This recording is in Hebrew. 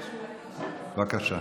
בבקשה.